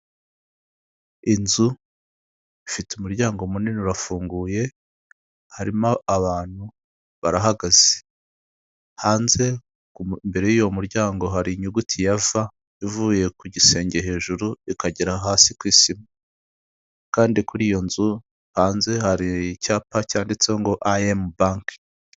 Inzu ifite umuryango munini urafunguye harimo abantu barahagaze, hanze y'uwo muryango hari inyuguti ya V ivuye ku gisenge hejuru ikagera hasi ku isima. Kandi kuri iyo nzu hanze hari icyapa cyanditse ngo IM bank.